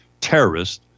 terrorists